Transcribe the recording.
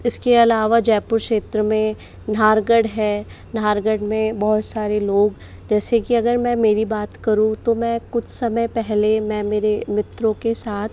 इसके अलावा जयपुर क्षेत्र में नाहरगढ़ है नाहरगढ़ में बहुत सारे लोग जैसे कि अगर मैं मेरी बात करूँ तो मैं कुछ समय पहले मैं मेरे मित्रों के साथ